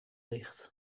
ligt